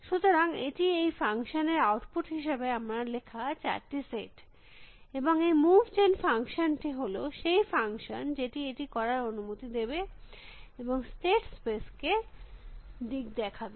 সুতরাং এটি এই ফাংশন এর আউটপুট হিসাবে আমার লেখা চারটি সেট এবং এই মুভ জেন ফাংশন টি হল সেই ফাংশন যেটি এটি করার অনুমতি দেবে এবং স্টেট স্পেস কে দিক দেখাবে